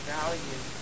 value